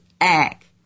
act